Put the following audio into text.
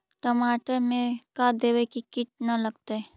टमाटर में का देबै कि किट न लगतै?